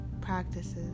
practices